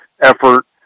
effort